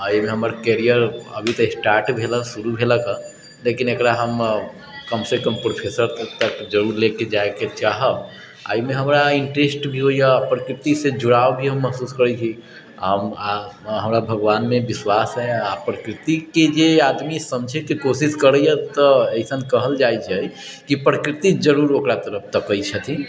आओर ई हमर कैरियर अभी तऽ स्टार्ट भेल हँ शुरू भेलक हँ लेकिन एकरा हम कमसँ कम प्रोफेसर तक तऽ जरूर लेके जाइके चाहब एहिमे हमरा इन्ट्रेस्ट भी होइए प्रकृतिसँ जुड़ाव भी हम महसूस करै छी आओर हमरा भगवानमे विश्वास अइ आओर प्रकृतिके जे आदमी समझैके कोशिश करैए तऽ अइसन कहल जाइ छै कि प्रकृति जरूर ओकरा तरफ तकै छथिन